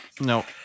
No